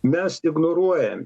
mes ignoruojam